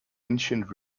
ancient